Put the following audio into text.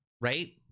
Right